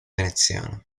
veneziano